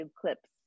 clips